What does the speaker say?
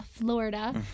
Florida